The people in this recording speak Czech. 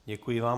Děkuji vám.